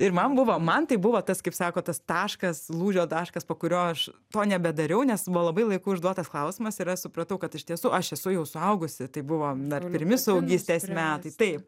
ir man buvo man tai buvo tas kaip sako tas taškas lūžio taškas po kurio aš to nebedariau nes buvo labai laiku užduotas klausimas ir aš supratau kad iš tiesų aš esu jau suaugusi tai buvo dar pirmi suaugystės metai taip